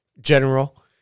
general